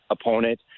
opponent